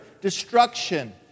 Destruction